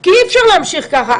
כי אי-אפשר להמשיך ככה.